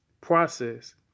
process